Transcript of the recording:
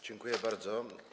Dziękuję bardzo.